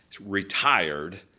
retired